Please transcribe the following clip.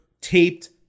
taped